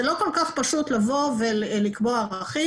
זה לא כל כך פשוט לבוא ולקבוע ערכים.